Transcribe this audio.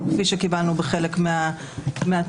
כפי שקיבלנו בחלק מהתשובות,